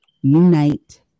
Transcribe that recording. Unite